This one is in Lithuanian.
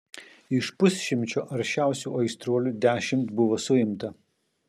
iš pusšimčio aršiausių aistruolių dešimt buvo suimta